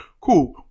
cool